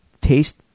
taste